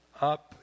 up